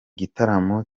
gitaramo